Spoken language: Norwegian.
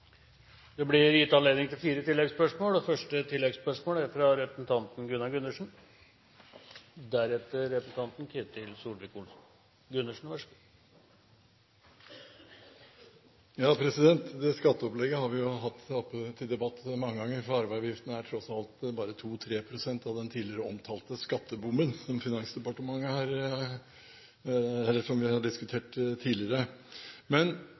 Det blir gitt anledning til fire oppfølgingsspørsmål – først Gunnar Gundersen. Skatteopplegget har vi jo hatt oppe til debatt mange ganger, for arveavgiften er tross alt bare 2–3 pst. av den tidligere omtalte skatteboomen, som vi har diskutert tidligere. Finansministeren unngår behendig å omtale at da man hevet bunnfradraget, strammet man inn overfor dem som